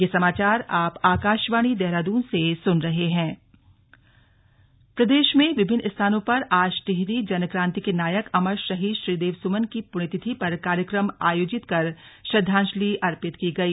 slug Sridev Suman पण्यतिथि प्रदेश में विभिन्न स्थानों पर आज टिहरी जन क्रांति के नायक अमर शहीद श्रीदेव सुमन की पुण्यतिथि पर कार्यक्रम आयोजित कर श्रद्धांजलि अर्पित की गई